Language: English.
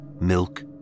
milk